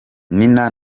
nina